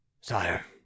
Sire